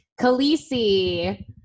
Khaleesi